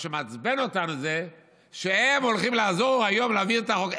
מה שמעצבן אותנו זה שהם הולכים לעזור היום להעביר את החוק.